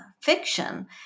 fiction